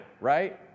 right